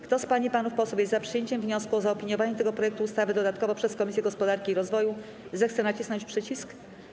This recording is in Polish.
Kto z pań i panów posłów jest za przyjęciem wniosku o zaopiniowanie tego projektu ustawy dodatkowo przez Komisję Gospodarki i Rozwoju, zechce nacisnąć przycisk.